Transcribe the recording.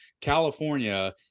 California